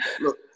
look